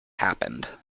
happened